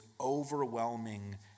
overwhelming